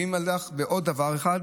ועוד דבר אחד.